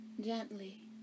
gently